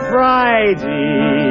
Friday